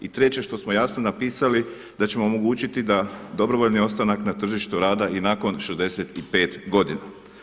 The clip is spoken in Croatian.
I treće što smo jasno napisali da ćemo omogućiti da dobrovoljni ostanak na tržištu rada i nakon 65 godina.